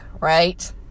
right